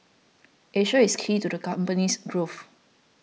Asia is key to the company's growth